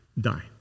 die